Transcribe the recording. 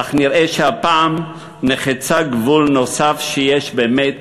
אך נראה שהפעם נחצה גבול נוסף שיש באמת